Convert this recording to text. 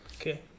Okay